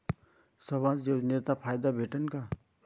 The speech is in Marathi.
समाज योजनेचा फायदा भेटन का?